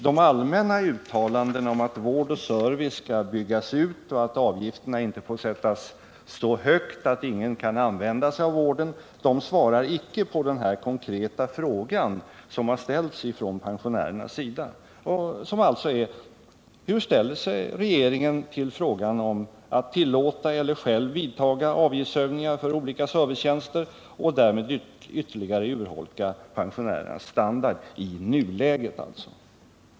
De allmänna uttalandena om att vård och service skall byggas ut och att avgifterna inte får sättas så högt att ingen kan använda sig av vården svarar inte på den konkreta fråga som ställs ifrån pensionärernas sida och som alltså är: Hur ställer sig regeringen till frågan om att tillåta eller själv vidta avgiftshöjningar för olika servicetjänster och därmed ytterligare urholka pensionärernas standard i nuläget?